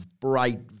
bright